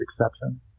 exception